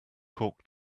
cork